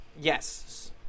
Yes